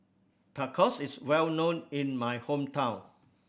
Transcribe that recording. tacos is well known in my hometown